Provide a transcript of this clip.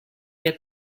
yet